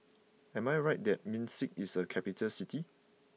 am I right that Minsk is a capital city